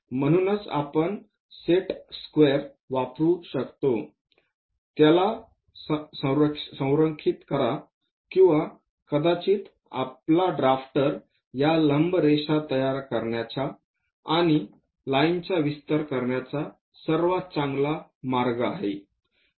म्हणूनच आपण set square वापरू शकतो त्याला संरेखित करा किंवा कदाचित आपला डराफ्टर या लंब रेषा तयार करण्याचा आणि या लाइनचा विस्तार करण्याचा सर्वात चांगला मार्ग आहे